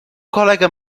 colega